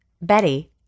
Betty